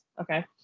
okay